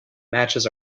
matches